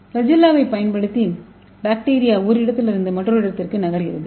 ஃபிளாஜெல்லாவைப் பயன்படுத்தி பாக்டீரியா ஒரு இடத்திலிருந்து மற்றொரு இடத்திற்கு நகர்கிறது